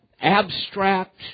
abstract